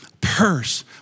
purse